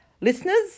listeners